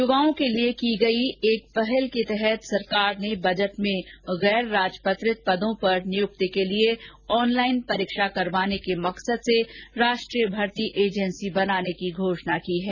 युवाओं के लिए की गई एक पहल के तहत सरकार ने बजट में अराजपत्रित पदों पर नियुक्ति के लिए ऑनलाइन परीक्षा करवाने के मकसद से राष्ट्रीय भर्ती एजेंसी बनाने की घोषणा की है